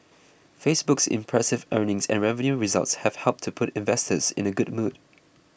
Facebook's impressive earnings and revenue results have helped to put investors in a good mood